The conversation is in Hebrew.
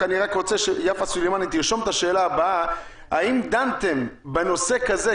אבל אני רוצה שיפה סולימני תרשום את השאלה הבאה: האם כשדנתם בנושא כזה,